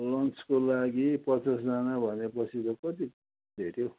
लन्चको लागि पचासजना भनेपछि त कति भेट्यो